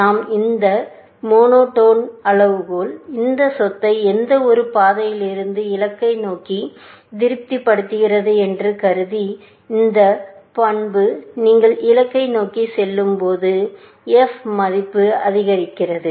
நாம் கவனித்த இந்த மோனோடோன் அளவுகோல் இந்தச் சொத்தை எந்த ஒரு பாதையிலிருந்தும் இலக்கை நோக்கி திருப்திப்படுத்துகிறது என்று கருதி இந்த பண்பு நீங்கள் இலக்கை நோக்கி செல்லும் போது f மதிப்பு அதிகரிக்கிறது